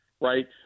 right